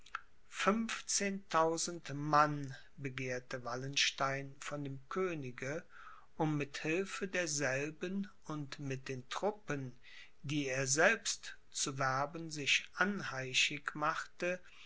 mann begehrte wallenstein von dem könige um mit hilfe derselben und mit den truppen die er selbst zu werben sich anheischig machte